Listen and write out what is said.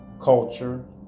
culture